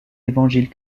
évangiles